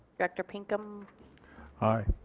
director pinkham aye.